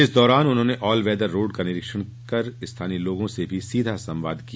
इस दौरान उन्होंने ऑल वैदर रोड का निरीक्षण कर स्थानीय लोगों से भी सीधा संवाद किया